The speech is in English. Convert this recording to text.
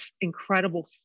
incredible